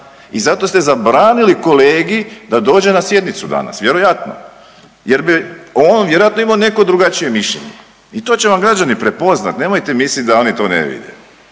I zato ste zabranili kolegi da dođe na sjednicu danas vjerojatno, jer bi on vjerojatno imao neko drugačije mišljenje. I to će vam građani prepoznati. Nemojte misliti da oni to ne vide.